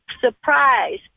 surprise